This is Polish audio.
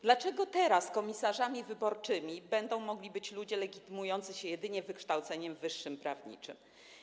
Dlaczego teraz komisarzami wyborczymi będą mogli być ludzie legitymujący się jedynie wykształceniem wyższym prawniczym?